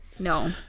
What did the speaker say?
No